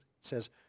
says